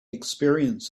experience